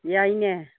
ꯌꯥꯏꯅꯦ